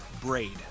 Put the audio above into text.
Braid